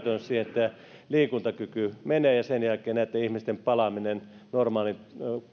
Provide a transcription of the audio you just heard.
siihen että liikuntakyky menee ja sen jälkeen näitten ihmisten palaaminen normaaliin